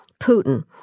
Putin—